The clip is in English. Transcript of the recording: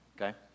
okay